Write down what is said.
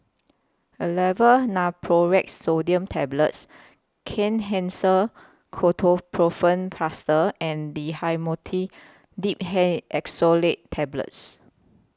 Aleve Naproxen Sodium Tablets Kenhancer Ketoprofen Plaster and Dhamotil Diphenoxylate Tablets